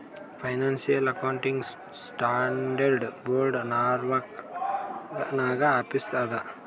financial accounting standard board Norwalk ನಾಗ್ office ಅದಾ